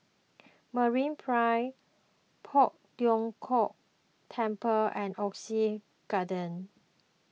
MeraPrime Poh Tiong Kiong Temple and Oxley Garden